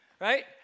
right